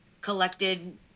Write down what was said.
collected